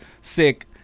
sick